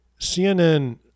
CNN